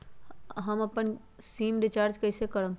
हम अपन SIM recharge कइसे करम?